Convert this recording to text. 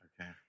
Okay